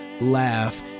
laugh